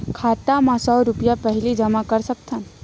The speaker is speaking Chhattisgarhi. खाता मा सौ रुपिया पहिली जमा कर सकथन?